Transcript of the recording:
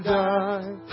die